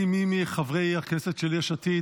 האם מי מחברי הכנסת של יש עתיד,